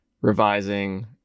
revising